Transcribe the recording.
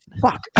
fuck